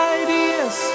ideas